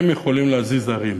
הם יכולים להזיז הרים,